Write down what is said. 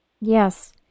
Yes